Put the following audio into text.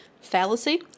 Fallacy